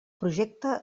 projecte